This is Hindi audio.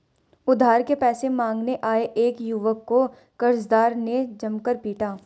उधार के पैसे मांगने आये एक युवक को कर्जदार ने जमकर पीटा